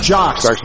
Jocks